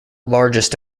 largest